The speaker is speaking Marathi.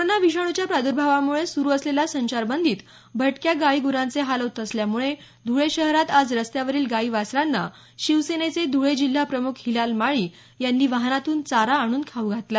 कोरोना विषाणूच्या प्रार्दभावामुळं सुरु असलेल्या संचारबंदीत भटक्या गायी ग्रांचे हाल होत असल्यामुळे ध्वळे शहरात आज रस्त्यावरील गाई वासरांना शिवसेनेचे ध्वळे जिल्हा प्रमुख हिलाल माळी यांनी वाहनातून चारा आणून खाऊ घातला